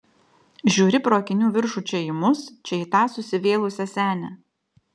žiūri pro akinių viršų čia į mus čia į tą susivėlusią senę